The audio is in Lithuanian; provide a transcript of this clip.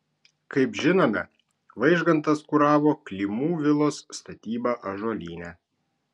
kaip žinome vaižgantas kuravo klimų vilos statybą ąžuolyne